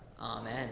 Amen